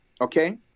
okay